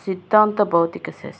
సిద్ధాంత భౌతిక శాస్త్రం